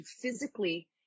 physically